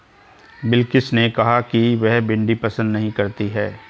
बिलकिश ने कहा कि वह भिंडी पसंद नही करती है